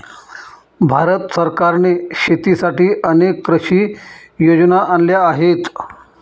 भारत सरकारने शेतीसाठी अनेक कृषी योजना आणल्या आहेत